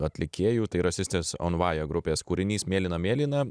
atlikėjų tai yra sisters onvaje grupės kūrinys mėlyna mėlyna